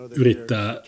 yrittää